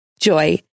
Joy